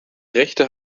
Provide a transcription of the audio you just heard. rechte